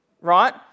right